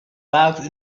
bags